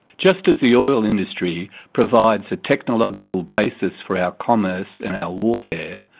just as the oil industry provides the technological basis for our commerce and our warfare,